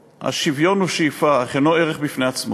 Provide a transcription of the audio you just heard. עירום" השוויון הוא שאיפה אך אינו ערך בפני עצמו.